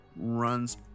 runs